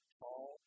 tall